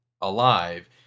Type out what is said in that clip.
alive